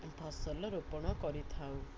ଫସଲ ରୋପଣ କରିଥାଉ